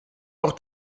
auch